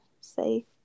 say